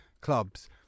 clubs